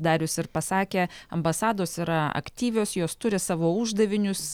darius ir pasakė ambasados yra aktyvios jos turi savo uždavinius